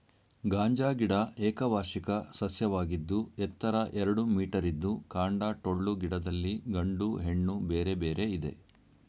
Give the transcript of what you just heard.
ಗಾಂಜಾ ಗಿಡ ಏಕವಾರ್ಷಿಕ ಸಸ್ಯವಾಗಿದ್ದು ಎತ್ತರ ಎರಡು ಮೀಟರಿದ್ದು ಕಾಂಡ ಟೊಳ್ಳು ಗಿಡದಲ್ಲಿ ಗಂಡು ಹೆಣ್ಣು ಬೇರೆ ಬೇರೆ ಇದೆ